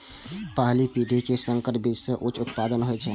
पहिल पीढ़ी के संकर बीज सं उच्च उत्पादन होइ छै